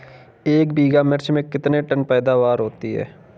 एक बीघा मिर्च में कितने टन पैदावार होती है?